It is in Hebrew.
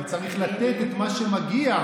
אבל צריך לתת את מה שמגיע.